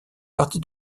partie